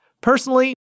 Personally